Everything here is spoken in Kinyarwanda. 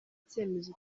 icyemezo